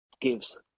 gives